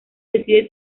decide